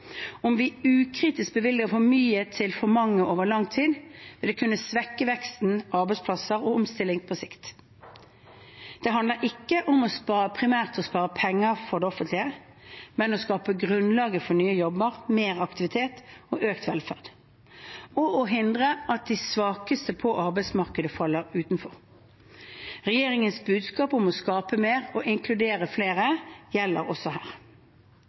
Om vi ukritisk bevilger for mye til for mange over lang tid, vil det kunne svekke vekst, arbeidsplasser og omstilling på sikt. Det handler ikke primært om å spare penger for det offentlige, men om å skape grunnlaget for nye jobber, mer aktivitet og økt velferd og å hindre at de svakeste på arbeidsmarkedet faller utenfor. Regjeringens budskap om å skape mer og inkludere flere gjelder også her.